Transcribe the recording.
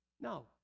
No